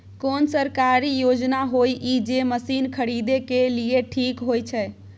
कोन सरकारी योजना होय इ जे मसीन खरीदे के लिए ठीक होय छै?